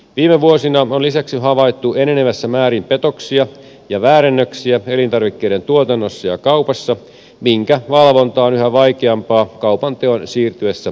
viime vuosina on lisäksi havaittu enenevässä määrin petoksia ja väärennöksiä elintarvikkeiden tuotannossa ja kaupassa minkä valvonta on yhä vaikeampaa kaupanteon siirtyessä internetiin